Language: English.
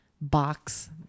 box